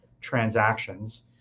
transactions